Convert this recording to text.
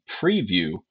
preview